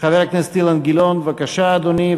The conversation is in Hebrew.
אילן גילאון, בבקשה, אדוני.